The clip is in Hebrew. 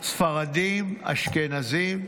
ספרדים, אשכנזים,